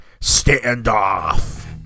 standoff